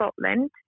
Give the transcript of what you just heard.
Scotland